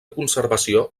conservació